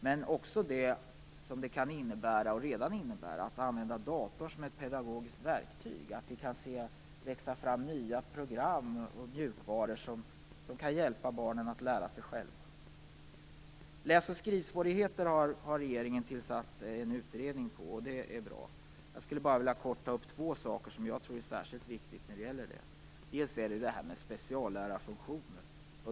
Men det kan också innebära, och innebär redan, att datorn används som ett pedagogiskt verktyg och att det växer fram nya program och mjukvaror som kan hjälpa barnen att lära sig själva. När det gäller läs och skrivsvårigheter har regeringen tillsatt en utredning. Jag skulle bara kort vilja ta upp två saker som jag tror är särskilt viktiga i sammanhanget. Det ena är speciallärarfunktionen.